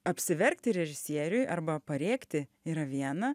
apsiverkti režisieriui arba parėkti yra viena